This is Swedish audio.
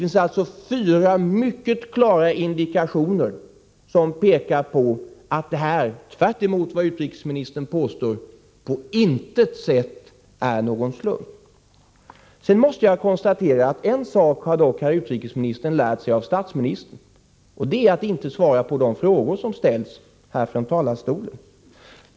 Detta är fyra mycket klara indikationer på att det, tvärtemot vad utrikesministern påstår, på intet sätt är fråga om någon slump. En sak har herr utrikesministern lärt sig av statsministern. Det är att inte svara på de frågor som ställs härifrån talarstolen.